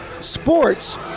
Sports